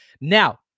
now